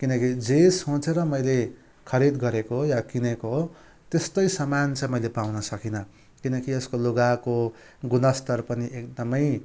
किनकि जे सोचेर मैले खरिद गरेको हो या किनेको हो त्यस्तै सामान चाहिँ मैले पाउन सकिनँ किनकि यसको लुगाको गुणस्तर पनि एकदमै